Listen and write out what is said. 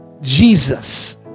Jesus